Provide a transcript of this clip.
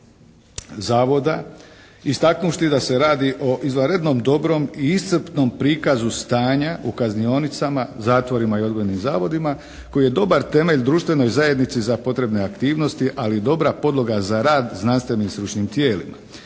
zavoda istaknuvši da se radi o izvanrednom, dobrom i iscrpnom prikazu stanja u kaznionicama, zatvorima i odgojnim zavodima koji je dobar temelj društvenoj zajednici za potrebne aktivnosti. Ali i dobra podloga za rad znanstvenim stručnim tijelima.